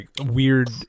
weird